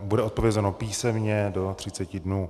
Bude odpovězeno písemně do třiceti dnů.